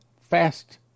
Fast